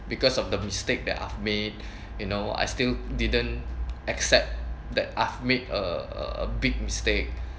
because of the mistake that I've made you know I still didn't accept that I've made a a big mistake